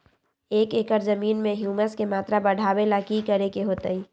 एक एकड़ जमीन में ह्यूमस के मात्रा बढ़ावे ला की करे के होतई?